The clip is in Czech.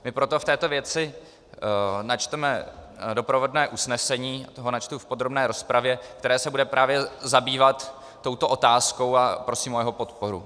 My proto v této věci načteme doprovodné usnesení, načtu ho v podrobné rozpravě, které se bude právě zabývat touto otázkou, a prosím o jeho podporu.